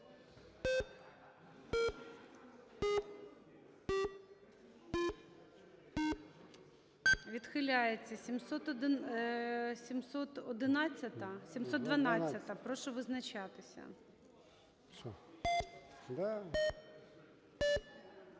Відхиляється. 716-а. Прошу визначатися,